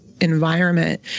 environment